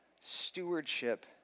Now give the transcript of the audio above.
stewardship